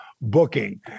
booking